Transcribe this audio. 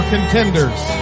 contenders